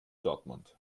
dortmund